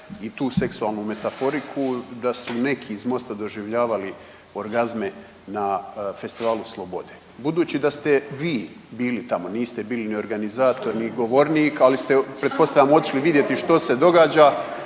i tu seksualnu metaforiku da su neki iz MOST-a doživljavali orgazme na Festivalu slobode. Budući da ste vi bili tamo niste bili ni organizator ni govornik, ali pretpostavljam otišli vidjeti što se događa,